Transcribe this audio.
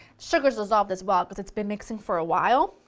sugar is dissolved as well because it's been mixing for a while,